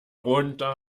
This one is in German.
runter